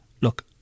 Look